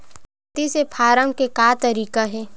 खेती से फारम के का तरीका हे?